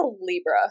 Libra